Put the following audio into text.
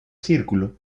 círculo